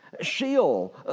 Sheol